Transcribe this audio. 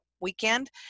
weekend